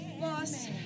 Boss